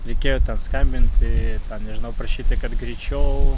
reikėjo ten skambinti nežinau prašyti kad greičiau